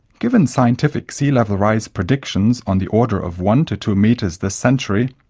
given scientific sea level rise predictions on the order of one to two metres this century,